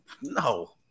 no